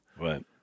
right